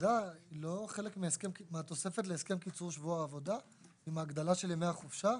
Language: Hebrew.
הסעדה היא לא חלק מהתוספת להסכם קיצור שבוע עבודה והגדלת ימי חופשה?